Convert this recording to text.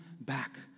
back